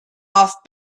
off